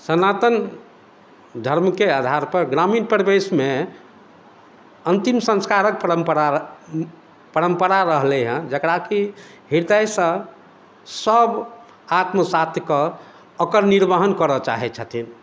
सनातन धर्मके आधार पर ग्रामीण परिवेशमे अंतिम संस्कारक परम्परा परम्परा रहलै हँ जकरा की हृदयसँ सब आत्म साथ्य कऽ ओकर निर्वहन करए चाहैत छथिन